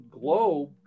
globe